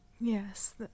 yes